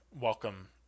welcome